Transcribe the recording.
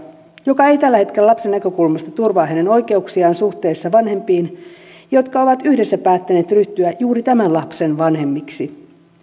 joka ei tällä hetkellä lapsen näkökulmasta turvaa hänen oikeuksiaan suhteessa vanhempiin jotka ovat yhdessä päättäneet ryhtyä juuri tämän lapsen vanhemmiksi